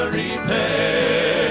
repair